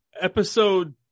episode